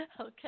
Okay